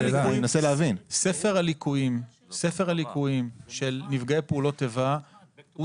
ספר הליקויים של נפגעי פעולות האיבה הוא